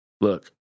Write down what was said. look